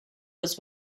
was